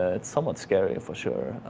ah it's somewhat scary for sure.